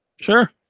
sure